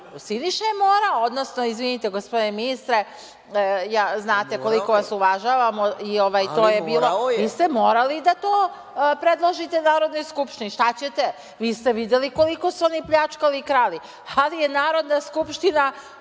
Siniša je morao, izvinite gospodine ministre, znate koliko vas uvažavamo, i to je bilo, vi ste morali da to predložite Narodnoj Skupštini, šta ćete, vi ste videli koliko su oni pljačkali i krali. Ali je Narodna Skupština